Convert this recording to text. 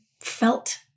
felt